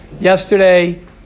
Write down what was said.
yesterday